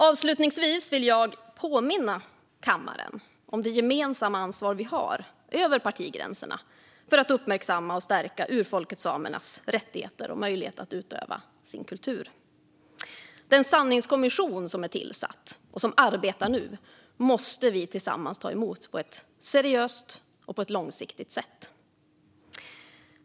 Avslutningsvis vill jag påminna kammaren om det gemensamma ansvar vi har, över partigränserna, för att uppmärksamma och stärka urfolket samernas rättigheter och möjlighet att utöva sin kultur. Den sanningskommission som är tillsatt och som nu arbetar måste vi tillsammans ta emot på ett seriöst och långsiktigt sätt.